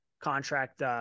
contract